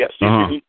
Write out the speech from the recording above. Yes